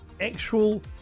actual